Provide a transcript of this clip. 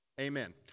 Amen